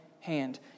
hand